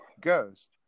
ghost